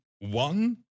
One